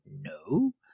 no